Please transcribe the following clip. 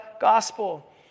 gospel